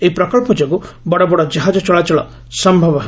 ଏହି ପ୍ରକଳ୍ପ ଯୋଗୁଁ ବଡ଼ବଡ଼ କାହାଜ ଚଳାଚଳ ସମ୍ଭବ ହେବ